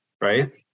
right